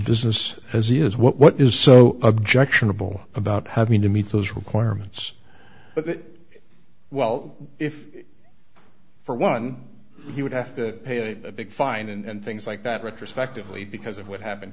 business as he is what is so objectionable about having to meet those requirements but it well if for one he would have to pay a big fine and things like that retrospectively because of what happened